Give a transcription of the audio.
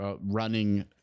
running